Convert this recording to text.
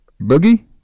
Boogie